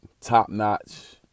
top-notch